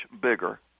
bigger